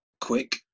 quick